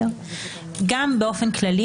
נכון שזה עולם אחר אבל אני בא מעולם הפרקטיקה.